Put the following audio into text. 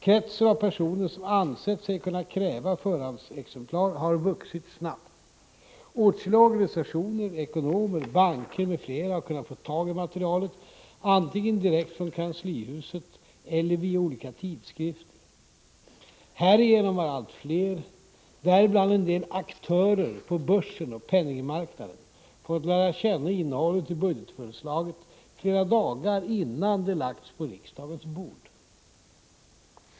Kretsen av personer som ansett sig kunna kräva förhandsexemplar har vuxit snabbt. Åtskilliga organisationer, ekonomer, banker, m.fl. har kunnat få tag i materialet, antingen direkt från kanslihuset eller via olika tidskrifter. Härigenom har allt fler — däribland en del aktörer på börsen och penningmarknaden — fått lära känna innehållet i budgetförslaget flera dagar innan det lagts på riksdagens bord.